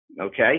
okay